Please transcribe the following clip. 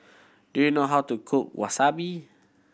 do you know how to cook Wasabi